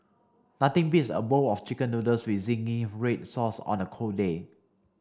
nothing beats a bowl of chicken noodles with zingy red sauce on a cold day